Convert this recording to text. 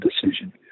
decision